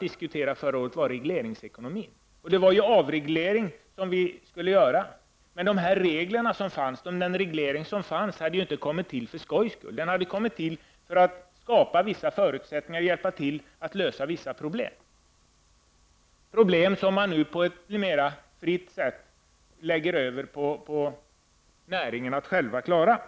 diskuterade förra året gällde regleringsekonomin. Det var ju en avreglering som vi skulle åstadkomma. Men den reglering som fanns hade ju inte kommit till för skojs skull, utan den hade kommit till för att skapa förutsättningar att lösa vissa problem, problem som man nu i den större utsträckningen tidigare lägger över på näringen själv att klara.